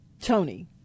tony